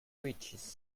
riches